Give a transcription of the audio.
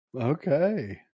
Okay